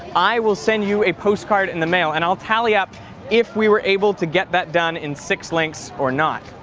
i will send you a postcard in the mail and i will tally up if we were able to get that done in six links or not.